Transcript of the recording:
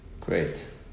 Great